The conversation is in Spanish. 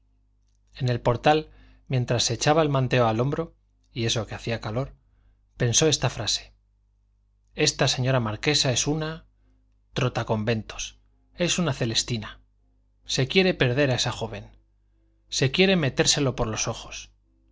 en el portal mientras se echaba el manteo al hombro y eso que hacía calor pensó esta frase esta señora marquesa es una trotaconventos es una celestina se quiere perder a esa joven se quiere metérselo por los ojos